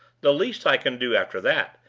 the least i can do, after that,